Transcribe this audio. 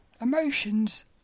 emotions